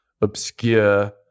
obscure